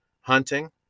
hunting